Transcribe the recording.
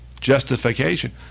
justification